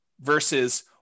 versus